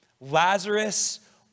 Lazarus